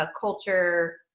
culture